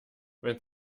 wenn